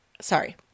Sorry